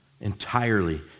entirely